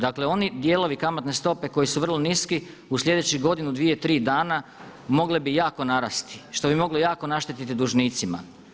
Dakle, oni dijelovi kamatne stope koji su vrlo niski u sljedećih godinu, dvije, tri dana mogle bi jako narasti što bi moglo jako naštetiti dužnicima.